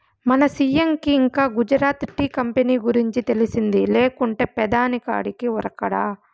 మన సీ.ఎం కి ఇంకా గుజరాత్ టీ కంపెనీ గురించి తెలిసింది లేకుంటే పెదాని కాడికి ఉరకడా